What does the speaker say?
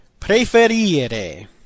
Preferire